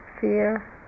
fear